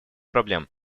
проблем